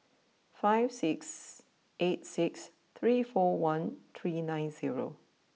five six eight six three four one three nine zero